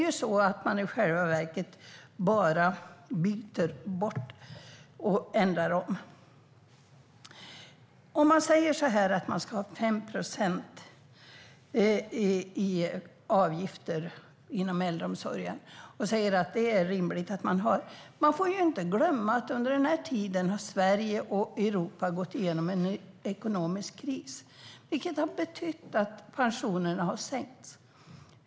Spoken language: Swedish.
I själva verket byter man bara bort och ändrar om. Om man säger att det är rimligt att ha 5 procent i avgifter inom äldreomsorgen, får man inte glömma att under den här tiden har Sverige och Europa gått igenom en ekonomisk kris, vilket har betytt att pensionerna har sänkts.